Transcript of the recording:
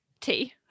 tea